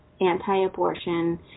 anti-abortion